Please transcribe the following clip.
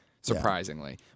surprisingly